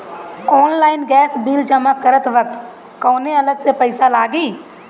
Online gas bill जमा करत वक्त कौने अलग से पईसा लागी?